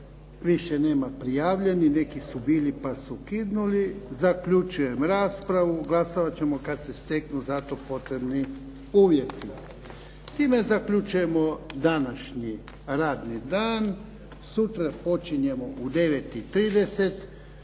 Više nema prijavljenih. Neki su bili, pa su kidnuli. Zaključujem raspravu. Glasovat ćemo kad se steknu za to potrebni uvjeti. S time zaključujemo današnji radni dan. Sutra počinjemo u 9